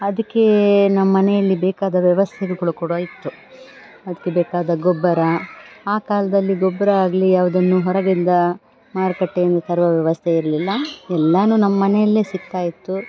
ಅದಕ್ಕೆ ನಮ್ಮ ಮನೆಯಲ್ಲಿ ಬೇಕಾದ ವ್ಯವಸ್ಥೆಗಳು ಕೂಡ ಇತ್ತು ಅದಕ್ಕೆ ಬೇಕಾದ ಗೊಬ್ಬರ ಆ ಕಾಲದಲ್ಲಿ ಗೊಬ್ಬರ ಆಗಲಿ ಯಾವುದನ್ನೂ ಹೊರಗಿಂದ ಮಾರ್ಕಟ್ಟೆಯಿಂದ ತರುವ ವ್ಯವಸ್ಥೆ ಇರಲಿಲ್ಲ ಎಲ್ಲವೂ ನಮ್ಮ ಮನೆಯಲ್ಲೇ ಸಿಗ್ತಾ ಇತ್ತು